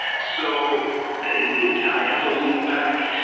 so i have a weak back,